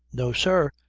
no, sir,